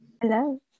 Hello